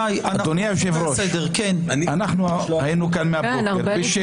היושב-ראש, היינו פה קודם.